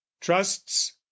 trusts